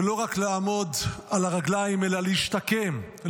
ולא רק לעמוד על הרגליים אלא להשתקם,